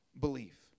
belief